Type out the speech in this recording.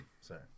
Sorry